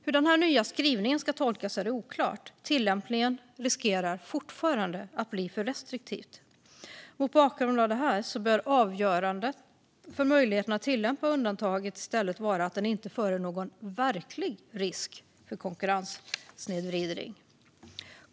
Hur denna nya skrivning ska tolkas är oklart. Tillämpningen riskerar fortfarande att bli för restriktiv. Mot bakgrund av detta bör avgörande för möjligheten att tillämpa undantaget i stället vara att det inte föreligger någon verklig risk för konkurrenssnedvridning.